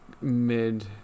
mid